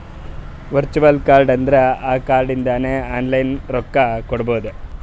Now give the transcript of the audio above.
virtual card ಅಂದುರ್ ಆ card ಇಂದಾನೆ ಆನ್ಲೈನ್ ರೊಕ್ಕಾ ಕೊಡ್ಬೋದು